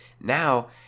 Now